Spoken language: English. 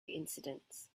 incidents